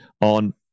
on